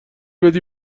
بدی